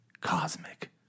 cosmic